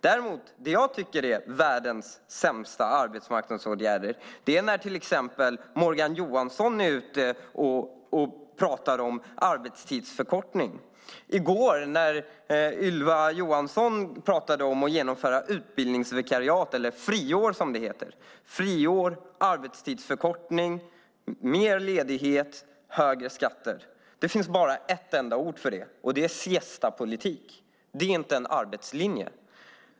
Det jag däremot tycker är världens sämsta arbetsmarknadsåtgärd är när till exempel Morgan Johansson är ute och pratar om arbetstidsförkortning och i går när Ylva Johansson pratade om att genomföra utbildningsvikariat, eller friår som det heter, arbetstidsförkortning, mer ledighet och högre skatter. Det finns bara ett enda ord för det. Det är siestapolitik. Det är inte en arbetslinje.